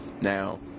Now